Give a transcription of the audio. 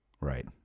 Right